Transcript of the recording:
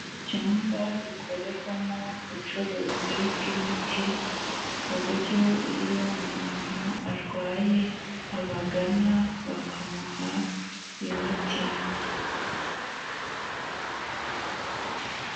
Icyumba gikorerwamo ubucuruzi bw'imiti, ku buryo iyo umuntu arwaye abagana bakamuha imiti.